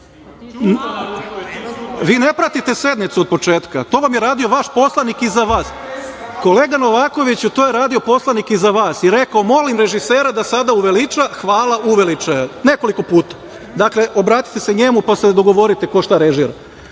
ne pratite sednicu od početka. To vam je radio vaš poslanik iza vas. Kolega Novakoviću, to je radio poslanik iza vas i rekao – molim režisera da sada uveliča, hvala, uveličao je. Nekoliko puta. Obratite se njemu pa se dogovorite ko šta režira.